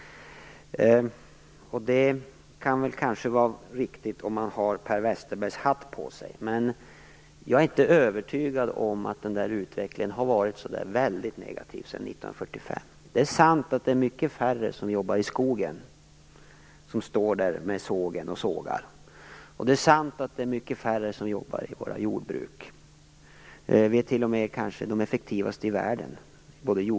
Det kan väl kanske vara riktigt om man har Per Westerbergs hatt på sig, men jag är inte övertygad om att utvecklingen har varit så väldigt negativ sedan 1945. Det är sant att det är färre som jobbar i skogen, som står där med sågen och sågar, och det är färre som jobbar i våra jordbruk. Vårt jordbruk och vårt skogsbruk är kanske de effektivaste i världen.